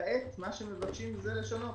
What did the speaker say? כעת מבקשים לשנות